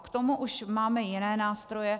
K tomu už máme jiné nástroje.